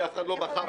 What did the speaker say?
היא אף אחד לא בחר בה.